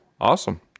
Awesome